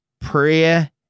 prayer